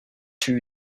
two